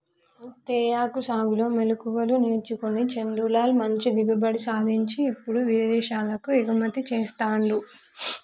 తేయాకు సాగులో మెళుకువలు నేర్చుకొని చందులాల్ మంచి దిగుబడి సాధించి ఇప్పుడు విదేశాలకు ఎగుమతి చెస్తాండు